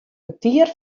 kertier